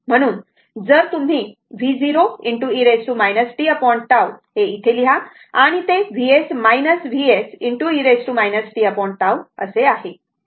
म्हणून जर तुम्ही v0 e tT हे येथे लिहा आणि ते Vs Vs e tT असे आहे हा Vs कॉमन घ्या